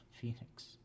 Phoenix